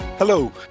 Hello